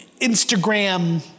Instagram